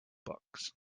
books